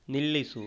ನಿಲ್ಲಿಸು